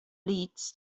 leads